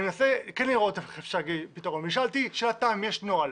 אני מנסה כן לראות איך אפשר להגיע לפתרון ושאלתי שאלת תם אם יש נוהל.